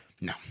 No